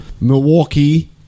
Milwaukee